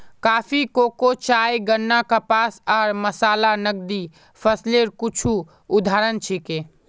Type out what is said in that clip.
coffee, cocoa, चाय, गन्ना, कपास आर मसाला नकदी फसलेर कुछू उदाहरण छिके